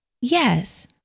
Yes